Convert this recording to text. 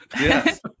Yes